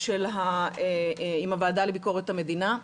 עם הוועדה לביקורת המדינה,